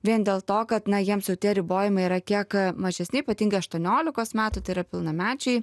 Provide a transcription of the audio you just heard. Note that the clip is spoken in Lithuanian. vien dėl to kad na jiems jau tie ribojimai yra kiek mažesni ypatingai aštuoniolikos metų tai yra pilnamečiai